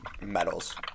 medals